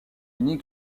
unis